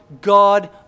God